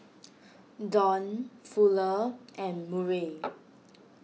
Don Fuller and Murray